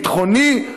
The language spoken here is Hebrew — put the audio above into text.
ביטחוני,